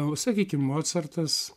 o sakykim mocartas